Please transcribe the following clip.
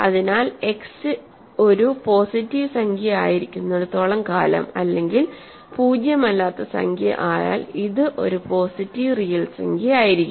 അതിനാൽ x ഒരു positive സംഖ്യയായിരിക്കുന്നിടത്തോളം കാലം അല്ലെങ്കിൽ പൂജ്യം അല്ലാത്ത സംഖ്യ ആയാൽ ഇത് ഒരു പോസിറ്റീവ് റിയൽ സംഖ്യയായിരിക്കും